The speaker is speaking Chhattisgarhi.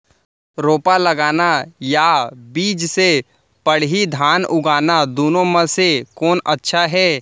रोपा लगाना या बीज से पड़ही धान उगाना दुनो म से कोन अच्छा हे?